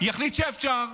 יחליט שאפשר.